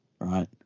right